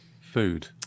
food